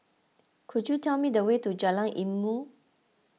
could you tell me the way to Jalan Ilmu